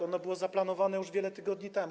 Ono było zaplanowane już wiele tygodni temu.